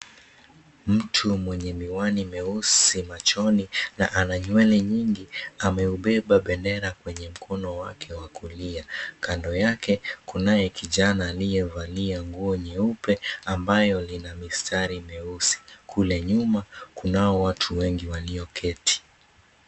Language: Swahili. Mtu mwenye miwani meusi machoni na ana nywele nyingi ameubeba bendera kwenye mkono wake wa kulia. Kando yake kunaye kijana aliyevalia nguo nyeupe ambayo lina mistari meusi. Kule nyuma kunao watu wengi walioketi.